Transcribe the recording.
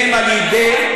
מונו על ידי,